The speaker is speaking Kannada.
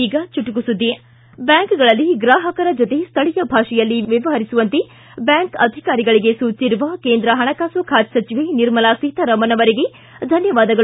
ಈಗ ಚುಟುಕು ಸುದ್ದಿ ಬ್ಕಾಂಕುಗಳಲ್ಲಿ ಗ್ರಾಪಕರ ಜೊತೆ ಸ್ಥಳೀಯ ಭಾಷೆಯಲ್ಲೇ ವ್ಯವಹರಿಸುವಂತೆ ಬ್ಕಾಂಕ್ ಅಧಿಕಾರಿಗಳಿಗೆ ಸೂಚಿಸಿರುವ ಕೇಂದ್ರ ಪಣಕಾಸು ಖಾತೆ ಸಚಿವೆ ನಿರ್ಮಲಾ ಸೀತಾರಾಮನ್ ಅವರಿಗೆ ಧನ್ನವಾದಗಳು